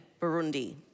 Burundi